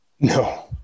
No